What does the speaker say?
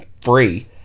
free